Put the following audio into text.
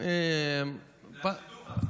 אז זה היה שידוך.